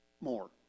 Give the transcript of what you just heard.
more